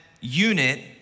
Unit